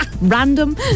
random